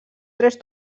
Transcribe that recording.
tres